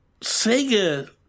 sega